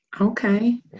Okay